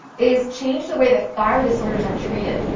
is changed the way that thyroid disorders are treated,